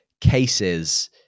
cases